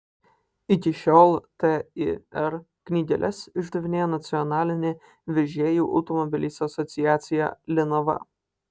iki šiol tir knygeles išdavinėja nacionalinė vežėjų automobiliais asociacija linava